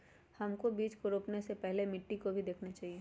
हमको बीज को रोपने से पहले मिट्टी को भी देखना चाहिए?